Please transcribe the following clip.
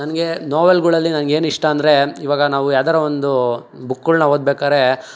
ನನಗೆ ನೋವೆಲ್ಗಳಲ್ಲಿ ನಂಗೆ ಏನಿಷ್ಟ ಅಂದರೆ ಇವಾಗ ನಾವು ಯಾವ್ದಾರ ಒಂದು ಬುಕ್ಗಳನ್ನ ಓದ್ಬೇಕಾದ್ರೆ